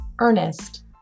Ernest